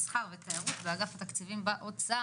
מסחר ותיירות באגף התקציבים באוצר.